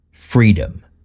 Freedom